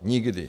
Nikdy!